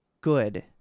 good